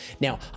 Now